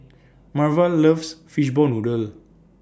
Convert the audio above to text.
Marva loves Fishball Noodle